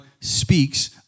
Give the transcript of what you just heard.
speaks